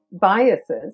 biases